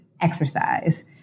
exercise